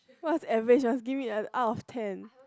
what's average you must give me and out of ten